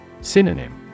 Synonym